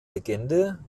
legende